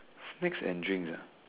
snacks and drinks ah